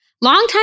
longtime